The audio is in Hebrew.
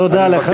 תודה לך.